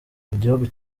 gihugu